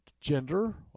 gender